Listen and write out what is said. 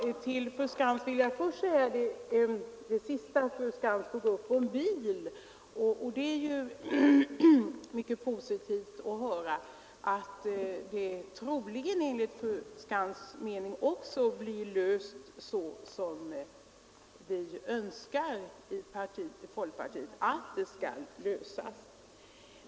Fru talman! Fru Skantz tog i slutet av sitt anförande upp frågan om statsbidrag till bil för handikappade. Det är mycket glädjande att höra att den frågan enligt hennes mening troligen blir löst så som vi i folkpartiet önskar.